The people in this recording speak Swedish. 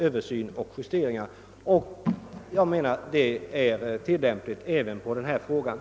Detta gäller även den fråga vi nu behandlar.